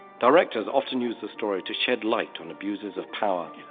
directors often use the story to shed light on abuses of power,